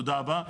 תודה רבה.